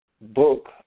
book